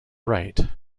right